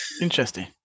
Interesting